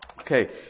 Okay